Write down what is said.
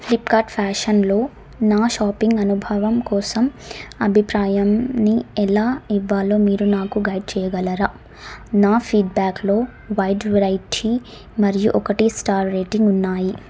Flipkart ఫ్యాషన్లో నా shopping అనుభవం కోసం అభిప్రాయాన్ని ఎలా ఇవ్వాలో మీరు నాకు గైడ్ చేయగలరా నా ఫీడ్బ్యాక్లో వైడ్ వెరైటీ మరియు ఒకటీ స్టార్ రేటింగ్ ఉన్నాయి